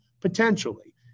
Potentially